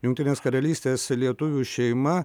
jungtinės karalystės lietuvių šeima